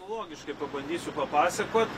logiškai pabandysiu papasakot